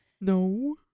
No